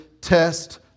test